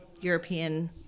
European